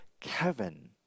Kevin